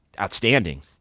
outstanding